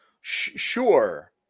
Sure